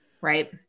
right